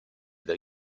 dal